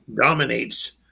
dominates